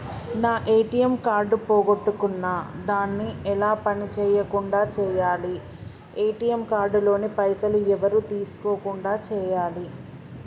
నా ATM card పోగొట్టుకున్నా దాన్ని ఎలా పని చేయకుండా చేయాలి ఏ.టి.ఎమ్ కార్డు లోని పైసలు ఎవరు తీసుకోకుండా చేయాలి?